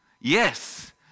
Yes